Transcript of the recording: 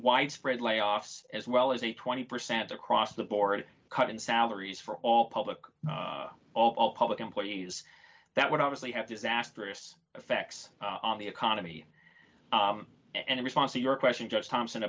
widespread layoffs as well as a twenty percent across the board cut in salaries for all public all public employees that would obviously have disastrous effects on the economy and in response to your question just thompson